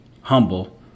humble